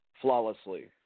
flawlessly